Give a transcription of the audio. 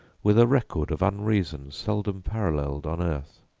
with a record of unreason seldom paralleled on earth.